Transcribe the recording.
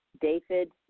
David